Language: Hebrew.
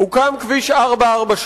הוקם כביש 443,